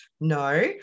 no